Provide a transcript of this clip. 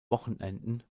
wochenenden